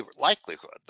likelihood